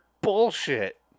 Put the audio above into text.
bullshit